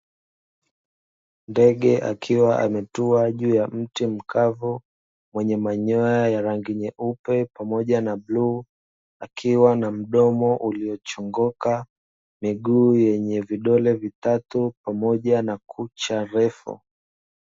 Ndege akiwa ametua juu ya mti mkavu mwenye manyoya ya rangi nyeupe pamoja na bluu akiwa na mdomo uliochongoka, miguu yenye vidole vitatu pamoja na kucha refu.